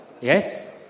Yes